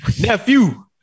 nephew